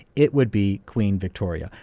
it would be queen victoria.